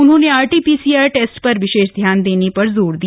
उन्होंने RT PCR test पर विशेष ध्यान देने पर जोर दिया